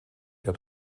der